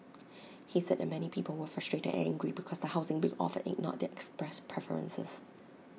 he said that many people were frustrated and angry because the housing being offered ignored their expressed preferences